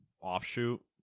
offshoot